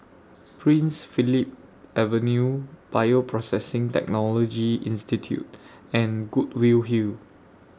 Prince Philip Avenue Bioprocessing Technology Institute and Goodwill Hill